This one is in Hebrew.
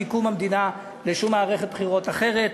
מקום המדינה בשום מערכת בחירות אחרת.